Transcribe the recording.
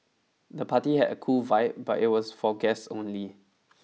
the party had a cool vibe but it was for guests only